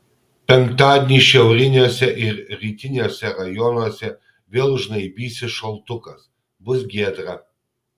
penktadienį šiauriniuose ir rytiniuose rajonuose vėl žnaibysis šaltukas bus giedra